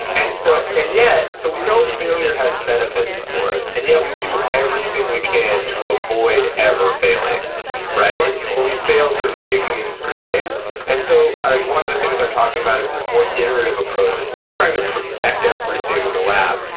and so and yeah, so we know failure has benefits for us and yeah we do everything we can to avoid ever failing right or we fail sort of kicking and screaming and so, like one of the things i'm talking about is is more irritative approach instead sort of trying to perfect everything in the lab,